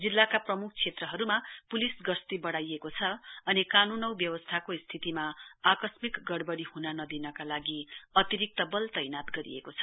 जिल्लाका प्रम्ख क्षेत्रहरूमा प्लिस गश्ती बढ़ाइएको छ अनि कानून औ व्यवस्थाको स्थितिमा आकस्मिक गढ़वढ़ी ह्न नदिनका लागि अतिरिक्त बल तैनात गरिएको छ